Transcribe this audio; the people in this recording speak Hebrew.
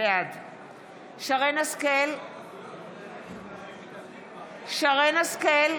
בעד שרן מרים השכל,